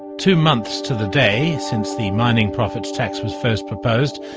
two months to the day since the mining profits tax was first proposed,